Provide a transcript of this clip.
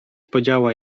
podziała